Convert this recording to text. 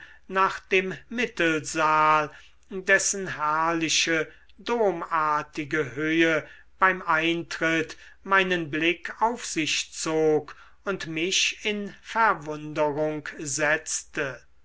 nach dem mittelsaal dessen herrliche domartige höhe beim eintritt meinen blick auf sich zog und mich in verwunderung setzte